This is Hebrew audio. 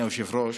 אדוני היושב-ראש,